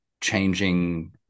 changing